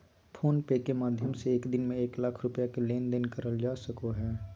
phone पे के माध्यम से एक दिन में एक लाख रुपया के लेन देन करल जा सको हय